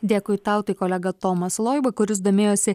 dėkui tau tai kolega tomas loiba kuris domėjosi